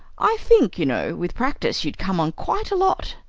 i think you know, with practice you'd come on quite a lot.